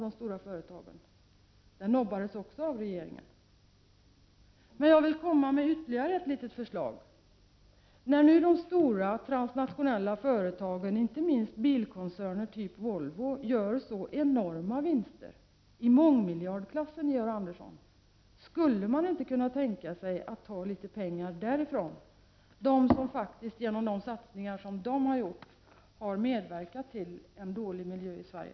Detta förslag ”nobbades” också av regeringen. Jag vill nu komma med ytterligare ett förslag. När nu de stora transnationella företagen, inte minst bilkoncerner typ Volvo, gör så enorma vinster, vinster i mångmiljardklassen, skulle man då inte kunna tänka sig att ta litet pengar därifrån? De satsningar som dessa företag har gjort har ju faktiskt medverkat till en dålig miljö i Sverige.